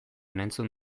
entzun